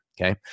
Okay